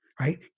Right